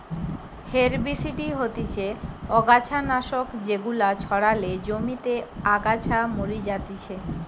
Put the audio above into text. herbicide হতিছে অগাছা নাশক যেগুলা ছড়ালে জমিতে আগাছা মরি যাতিছে